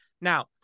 Now